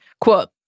Quote